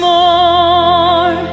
more